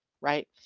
right